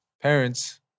Parents